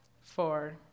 Four